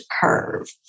curve